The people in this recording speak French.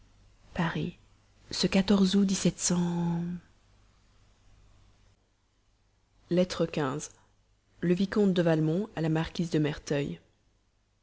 paris ce x le vicomte de valmont à la marquise de merteuil